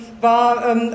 war